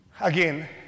Again